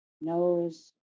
knows